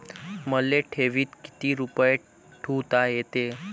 मले ठेवीत किती रुपये ठुता येते?